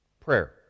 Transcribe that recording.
prayer